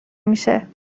میشه